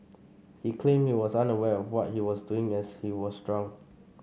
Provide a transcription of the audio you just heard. he claimed he was unaware of what he was doing as he was drunk